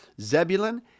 Zebulun